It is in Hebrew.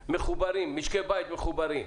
מחוברים, משקי בית מחוברים,